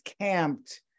camped